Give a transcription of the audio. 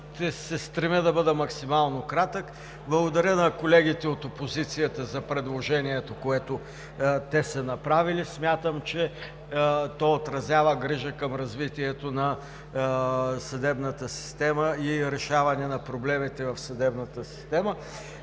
се стремя да бъда максимално кратък. Благодаря на колегите от опозицията за предложението, което са направили. Смятам, че то отразява грижа към развитието на съдебната система и решаване на проблемите в съдебната система.